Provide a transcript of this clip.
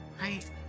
Right